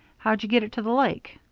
how'd you get it to the lake?